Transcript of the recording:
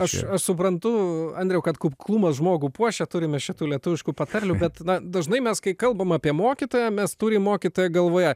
aš suprantu andriau kad kuklumas žmogų puošia turime šitų lietuviškų patarlių bet na dažnai mes kai kalbame apie mokytoją mes turime mokytoją galvoje